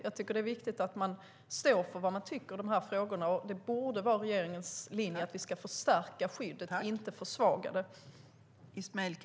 Jag tycker att det är viktigt att man står för vad man tycker i de här frågorna. Och det borde vara regeringens linje att vi ska förstärka skyddet, inte försvaga det.